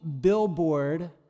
billboard